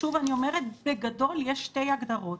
שוב אני אומרת, בגדול, יש שתי הגדרות.